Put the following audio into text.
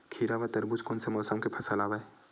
खीरा व तरबुज कोन से मौसम के फसल आवेय?